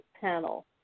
panel